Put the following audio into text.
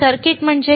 circuit म्हणजे काय